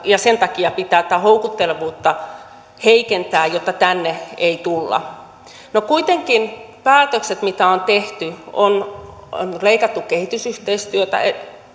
ja sen takia pitää tätä houkuttelevuutta heikentää jotta tänne ei tulla no kuitenkin päätökset mitä on tehty on on leikattu kehitysyhteistyöstä